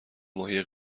ماهی